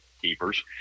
keepers